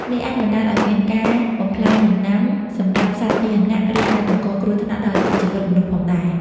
នេះអាចបណ្តាលឱ្យមានការបំផ្លាញដំណាំ សម្លាប់សត្វពាហនៈ ឬអាចបង្កគ្រោះថ្នាក់ដល់អាយុជីវិតមនុស្សផងដែរ។